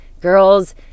girls